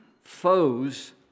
foes